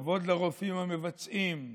כבוד לרופאים המבצעים,